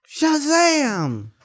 Shazam